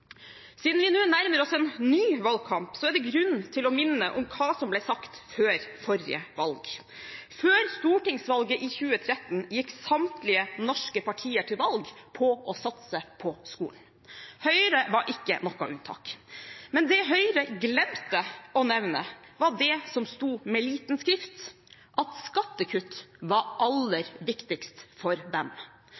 Siden vi nå nærmer oss en ny valgkamp, er det grunn til å minne om hva som ble sagt før forrige valg. Før stortingsvalget i 2013 gikk samtlige norske partier til valg på å satse på skolen. Høyre var ikke noe unntak. Men det Høyre glemte å nevne, var det som sto med liten skrift, at skattekutt var aller viktigst for dem.